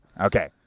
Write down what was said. Okay